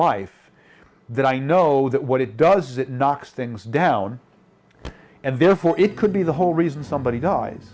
life that i know that what it does is it knocks things down and therefore it could be the whole reason somebody